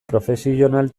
profesional